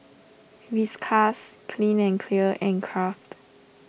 Whiskas Clean and Clear and Kraft